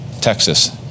Texas